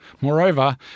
Moreover